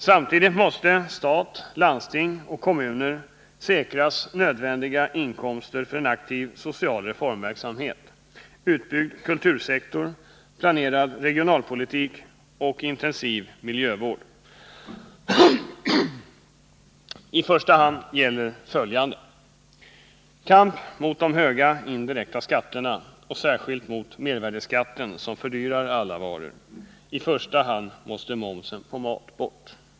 Samtidigt måste stat, landsting och kommuner säkras nödvändiga inkomster för en aktiv social reformverksamhet, utbyggd kultursektor, planerad regionalpolitik och intensiv miljövård. I första hand gäller följande: 1. Kamp mot de höga indirekta skatterna och särskilt mot mervärdeskatten, som fördyrar alla varor. I första hand måste moms på maten bort. 2.